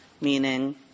meaning